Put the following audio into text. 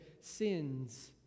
sins